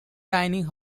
dining